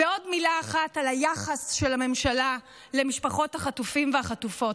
ועוד מילה אחת על היחס של הממשלה למשפחות החטופים והחטופות.